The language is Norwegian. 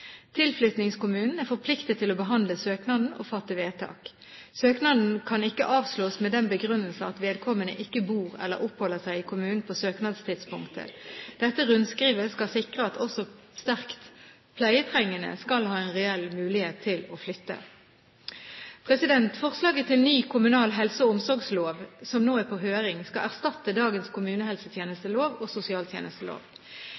er forpliktet til å behandle søknaden og fatte vedtak. Søknaden kan ikke avslås med den begrunnelse at vedkommende ikke bor eller oppholder seg i kommunen på søknadstidspunktet. Dette rundskrivet skal sikre at også sterkt pleietrengende skal ha en reell mulighet til å flytte. Forslaget til ny kommunal helse- og omsorgslov, som nå er på høring, skal erstatte dagens